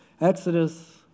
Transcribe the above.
Exodus